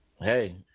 Hey